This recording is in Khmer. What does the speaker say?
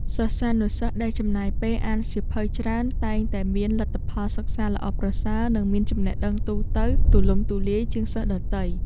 សិស្សានុសិស្សដែលចំណាយពេលអានសៀវភៅច្រើនតែងតែមានលទ្ធផលសិក្សាល្អប្រសើរ និងមានចំណេះដឹងទូទៅទូលំទូលាយជាងសិស្សដទៃ។